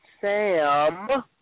Sam